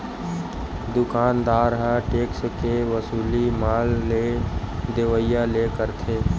दुकानदार ह टेक्स के वसूली माल के लेवइया ले करथे